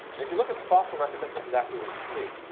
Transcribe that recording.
and if you look at the fossil record that's exactly what you see.